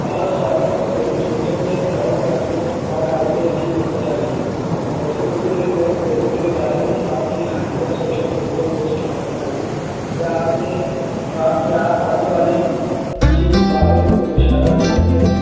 بہت سارے مختلف جوتوں میں قدم رکھنا ناقابلِ یقین ہونا چاہیے ویسے مجھے ایک نئے پروجیکٹ کے بارے میں آپ کی حالیہ سوشل میڈیا پوسٹ پسند آئی کیا آپ نے کا کیا آپ آنے والے اِسی بارے میں کوئی اِشارہ دے سکتے ہیں